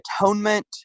atonement